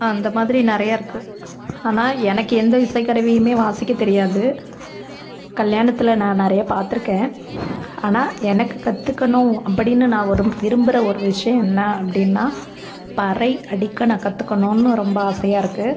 அந்த மாதிரி நிறையா இருக்குது ஆனால் எனக்கு எந்த இசைக்கருவியுமே வாசிக்கத் தெரியாது கல்யாணத்தில் நான் நிறையா பார்த்துருக்கேன் ஆனால் எனக்குக் கற்றுக்கணும் அப்படின்னு நான் ஒரு விரும்புகிற ஒரு விஷயம் என்ன அப்படின்னால் பறை அடிக்க நான் கற்றுக்கணுன்னு ரொம்ப ஆசையாக இருக்குது